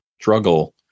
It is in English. struggle